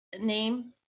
name